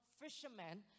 fishermen